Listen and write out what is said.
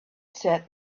said